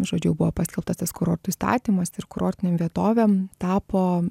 žodžiu buvo paskelbtas tas kurortų įstatymas ir kurortinėm vietovėm tapo